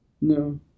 No